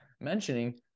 mentioning